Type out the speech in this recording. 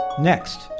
Next